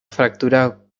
fractura